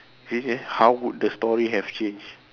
how would the story have changed